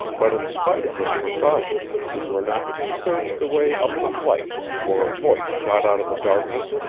but in spite of this precaution, we were not two-thirds the way up the flight before a voice shot out of the darkness.